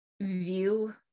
view